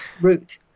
root